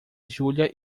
júlia